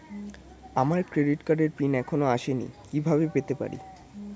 আমার ক্রেডিট কার্ডের পিন এখনো আসেনি কিভাবে পেতে পারি?